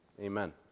Amen